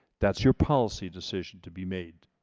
that's your policy decision to be made.